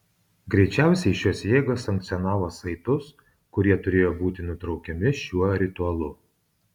greičiausiai šios jėgos sankcionavo saitus kurie turėjo būti nutraukiami šiuo ritualu